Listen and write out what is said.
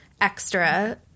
extra